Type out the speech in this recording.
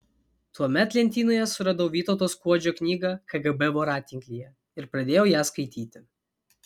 tuomet lentynoje suradau vytauto skuodžio knygą kgb voratinklyje ir pradėjau ją skaityti